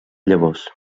llavors